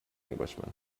englishman